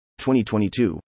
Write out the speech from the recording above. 2022